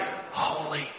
Holy